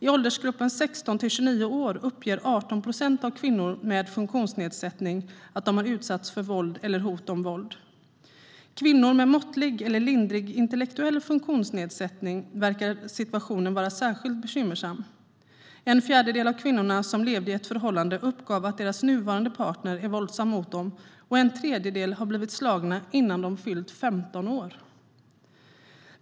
I åldersgruppen 16-29 år uppger 18 procent av kvinnor med funktionsnedsättning att de har utsatts för våld eller hot om våld. För kvinnor med måttlig eller lindrig intellektuell funktionsnedsättning verkar situationen vara särskilt bekymmersam. En fjärdedel av kvinnorna som levde i ett förhållande uppgav att deras nuvarande partner är våldsam mot dem och en tredjedel att de hade blivit slagna innan de fyllt 15 år.